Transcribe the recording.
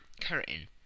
curtain